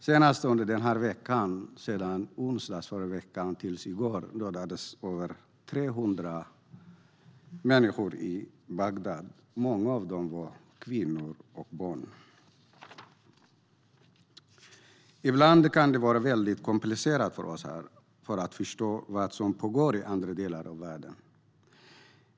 Sedan onsdag i förra veckan fram till i går har över 300 människor dödats i Bagdad, många av dem kvinnor och barn. Ibland kan det vara mycket komplicerat för oss att förstå vad som pågår i andra delar av världen.